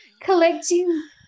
collecting